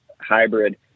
hybrid